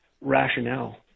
rationale